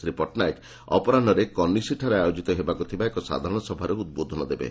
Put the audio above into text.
ଶ୍ରୀ ପଟ୍ଟନାୟକ ଅପରାହୁରେ କନିଷିଠାରେ ଆୟୋଜିତ ହେବାକୁ ଥିବା ଏକ ସାଧାରଣ ସଭାରେ ଉଦ୍ବୋଧନ ଦେବେ